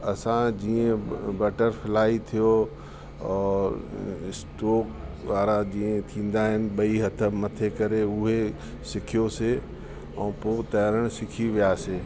असां जीअं बटरफ्लाए थियो और स्टोक वारा जीअं थींदा आहिनि ॿई हथु मथे करे उहे सिखियोसीं ऐं पोइ तरण सिखी वियासीं